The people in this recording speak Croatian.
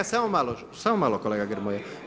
Samo malo, samo malo kolega Grmoja.